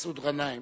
מסעוד גנאים.